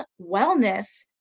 Wellness